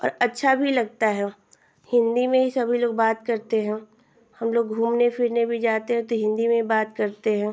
और अच्छा भी लगता है हिन्दी में ही सभी लोग बात करते हैं हमलोग घूमने फिरने भी जाते हैं तो हिन्दी में ही बात करते हैं